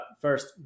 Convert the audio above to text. first